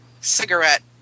cigarette